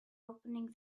opening